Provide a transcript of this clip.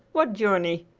what journey?